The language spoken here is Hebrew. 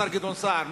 השר גדעון סער,